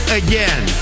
again